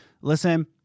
listen